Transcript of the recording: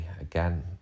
Again